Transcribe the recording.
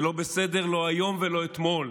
ולא בסדר לא היום ולא אתמול.